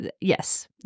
yes